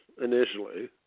initially